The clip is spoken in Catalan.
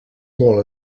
molt